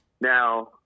now